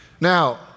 Now